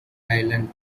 island